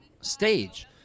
stage